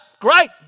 great